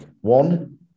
One